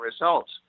results